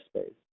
space